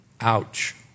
Ouch